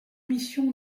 mission